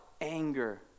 anger